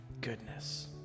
goodness